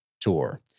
tour